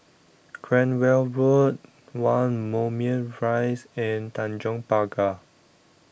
Cranwell Road one Moulmein Rise and Tanjong Pagar